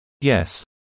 Yes